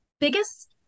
biggest